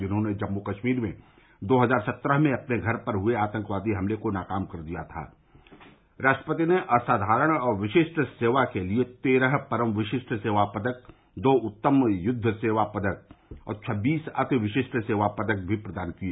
जिन्होंने जम्मू कश्मीर में दो हजार सत्रह में अपने घर पर हुए आतंकवादी हमले को नाकाम कर दिया था राष्ट्रपति ने असाधारण और विशिष्ट सेवा के लिए तेरह परम विशिष्ट सेवा पदक दो उत्तम युद्व सेवा पदक और छब्बीस अति विशिष्ट सेवा पदक भी प्रदान किए